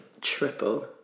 triple